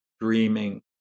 dreaming